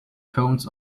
cones